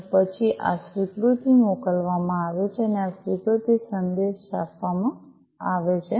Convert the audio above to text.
અને પછી આ સ્વીકૃતિ મોકલવામાં આવે છે અને આ સ્વીકૃત સંદેશ છાપવામાં આવે છે